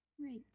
Right